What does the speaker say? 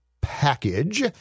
package